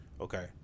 okay